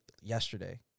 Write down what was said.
yesterday